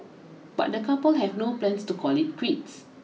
but the couple have no plans to call it quits